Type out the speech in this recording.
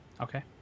Okay